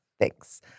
Thanks